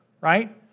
right